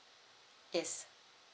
yes